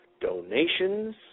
donations